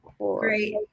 great